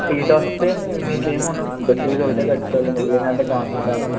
seat వస్తే మీకు ఏమి ఉండదండి ఫీజు ఒకటే కట్టుకోవాలి మిగిలినదంతా గవర్నమెంట్ ఏ వేస్తుంది